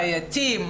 בעייתיים,